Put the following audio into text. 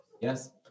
Yes